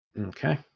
Okay